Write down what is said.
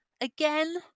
Again